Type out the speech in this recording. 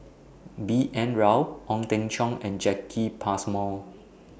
B N Rao Ong Teng Cheong and Jacki Passmore